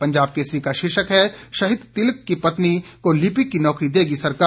पंजाब केसरी का शीर्षक है शहीद तिलक की पत्नी को लिपिक की नौकरी देगी सरकार